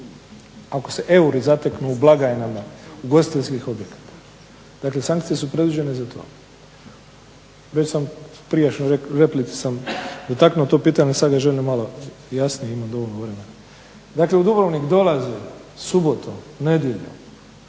ako se euri zateknu u blagajnama ugostiteljskih objekata. Dakle sankcije su predviđene za to. Već sam u prijašnjoj replici dotaknuo to pitanje sada ga želim malo jasnije imam dovoljno vremena. dakle u Dubrovnik dolaze subotom, nedjeljom,